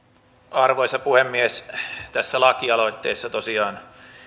arvoisa puhemies tässä lakialoitteessa tosiaan